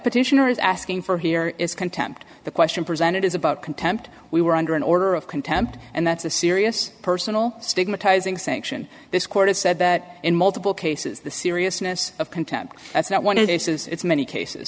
petitioner is asking for here is contempt the question presented is about contempt we were under an order of contempt and that's a serious personal stigmatizing sanction this court has said that in multiple cases the seriousness of contempt that's not what is says it's many cases